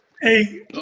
Hey